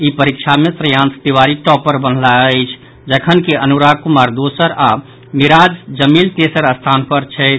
ई परीक्षा मे श्रेयांश तिवारी टॉपर बनलाह अछि जखनकि अनुराग कुमार दोसर आ मिराज जमील तेसर स्थान पर छथि